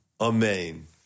Amen